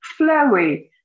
flowy